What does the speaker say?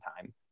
time